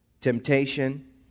Temptation